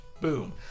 Boom